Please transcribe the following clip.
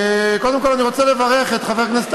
קודם כול אני רוצה לברך את חבר הכנסת